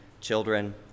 children